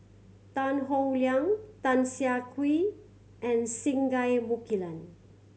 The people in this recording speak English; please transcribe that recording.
Tan Howe Liang Tan Siah Kwee and Singai Mukilan